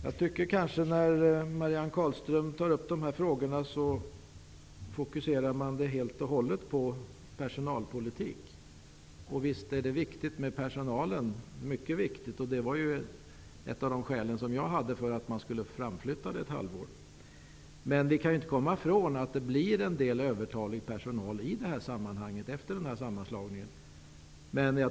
Jag tycker att Marianne Carlström, när hon tar upp dessa frågor, helt och hållet fokuserar på personalpolitik. Visst är personalen mycket viktig. Det var ett av de skäl som jag hade för att uppsägningarna skulle framflyttas ett halvår. Men man kan inte komma ifrån att det kommer att bli en del personal som blir övertalig efter sammanslagningen.